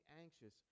anxious